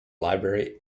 library